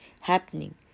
happening